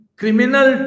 criminal